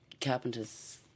carpenters